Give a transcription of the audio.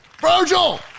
Virgil